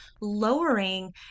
lowering